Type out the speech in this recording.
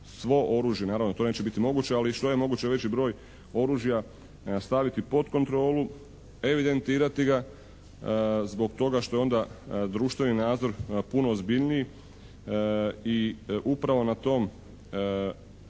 svo oružje, naravno to neće biti moguće, ali što je moguće veći broj oružja staviti pod kontrolu, evidentirati ga zbog toga što je onda društveni nadzor puno ozbiljniji i upravo na tom